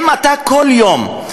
אם אתה כל יום,